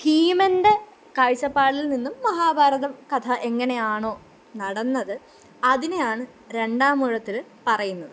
ഭീമന്റെ കാഴ്ചപ്പാടില് നിന്നും മഹാഭാരതം കഥ എങ്ങനെയാണോ നടന്നത് അതിനെയാണ് രണ്ടാമൂഴത്തില് പറയുന്നത്